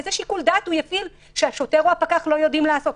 איזה שיקול דעת הקצין יפעיל שהשוטר או הפקח לא יודעים לעשות?